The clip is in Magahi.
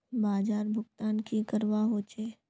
बाजार भुगतान की करवा होचे?